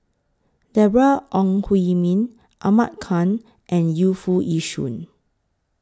Deborah Ong Hui Min Ahmad Khan and Yu Foo Yee Shoon